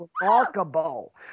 remarkable